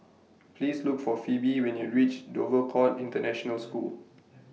Please Look For Phebe when YOU REACH Dover Court International School